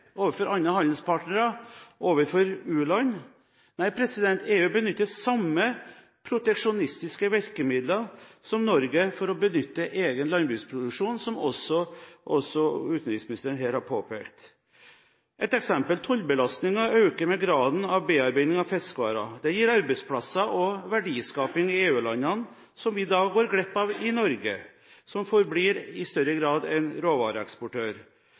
overfor andre handelspartnere, overfor u-land? Nei, EU benytter de samme proteksjonistiske virkemidlene som Norge for å benytte egen landbruksproduksjon, som også utenriksministeren her har påpekt. Et eksempel: Tollbelastningene øker med graden av bearbeiding av fiskevarer. Det gir arbeidsplasser og verdiskaping i EU-landene som vi da går glipp av i Norge, som i større grad forblir en råvareeksportør.